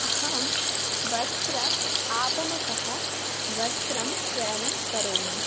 अहं वस्त्रम् आपणतः वस्त्रं क्रयणं करोमि